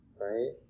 right